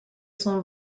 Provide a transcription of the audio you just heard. son